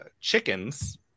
chickens